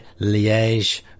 Liège